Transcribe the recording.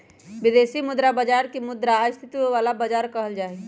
विदेशी मुद्रा बाजार के मुद्रा स्थायित्व वाला बाजार कहल जाहई